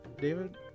David